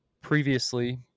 previously